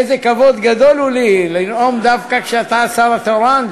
איזה כבוד גדול הוא לי לנאום דווקא כשאתה השר התורן.